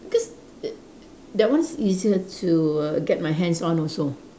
because the that one is easier to err get my hands on also